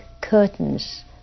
curtains